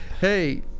Hey